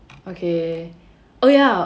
okay oh ya